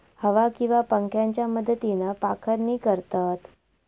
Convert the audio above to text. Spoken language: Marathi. हवा किंवा पंख्याच्या मदतीन पाखडणी करतत